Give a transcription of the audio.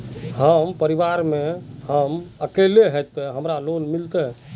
हम परिवार में हम अकेले है ते हमरा लोन मिलते?